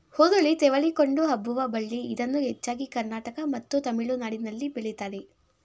ಹುರುಳಿ ತೆವಳಿಕೊಂಡು ಹಬ್ಬುವ ಬಳ್ಳಿ ಇದನ್ನು ಹೆಚ್ಚಾಗಿ ಕರ್ನಾಟಕ ಮತ್ತು ತಮಿಳುನಾಡಲ್ಲಿ ಬೆಳಿತಾರೆ